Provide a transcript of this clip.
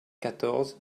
quatorze